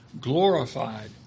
glorified